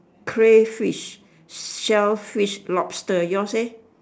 crayfish shellfish lobster yours eh